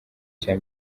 cya